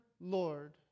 Lord